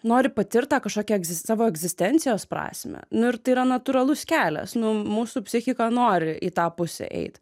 nori patirt tą kažkokią egzis savo egzistencijos prasmę nu ir tai yra natūralus kelias nu mūsų psichika nori į tą pusę eit